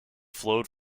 flowed